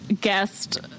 guest